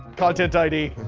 content id.